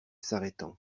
s’arrêtant